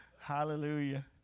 hallelujah